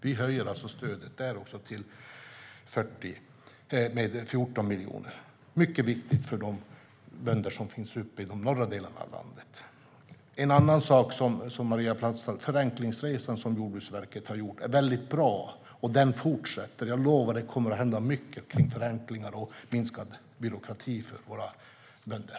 Vi höjer stödet med 14 miljoner till 40 miljoner. Det är mycket viktigt för bönderna i den norra delen av landet. En annan sak som Maria Plass tar upp är förenklingsresan som Jordbruksverket har genomfört. Den är bra, och resan fortsätter. Jag lovar att det kommer att hända mycket i fråga om förenklingar och minskad byråkrati för våra bönder.